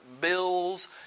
bills